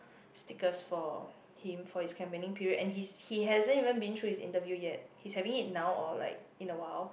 sticker for him for his company period and he he hasn't even being through his interview yet he is having it now or like in a while